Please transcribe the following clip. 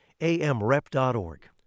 amrep.org